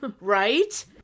right